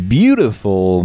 beautiful